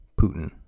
Putin